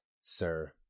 sir